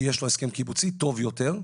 כי יש לו הסכם קיבוצי טוב יותר,